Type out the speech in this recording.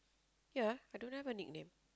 ya I don't have a nickname